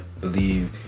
believe